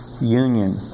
union